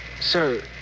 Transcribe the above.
Sir